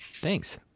Thanks